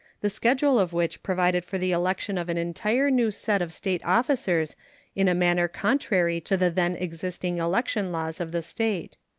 the schedule of which provided for the election of an entire new set of state officers in a manner contrary to the then existing election laws of the state.